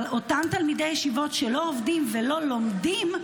אבל אותם תלמידי ישיבות שלא עובדים ולא לומדים,